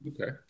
okay